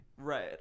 Right